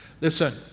Listen